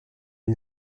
une